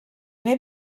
neu